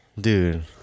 Dude